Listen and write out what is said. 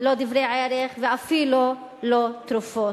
לא דברי ערך ואפילו לא תרופות.